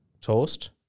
Toast